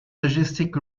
logistic